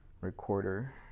recorder